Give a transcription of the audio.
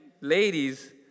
ladies